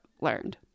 learned